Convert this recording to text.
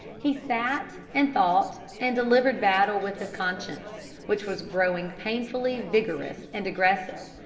he sat and thought and delivered battle with his conscience, which was growing painfully vigorous and aggressive.